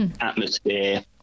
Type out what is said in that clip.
atmosphere